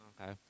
Okay